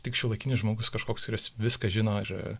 tik šiuolaikinis žmogus kažkoks kuris viską žino ir